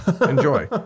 enjoy